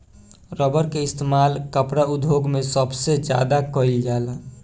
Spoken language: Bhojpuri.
रबर के इस्तेमाल कपड़ा उद्योग मे सबसे ज्यादा कइल जाला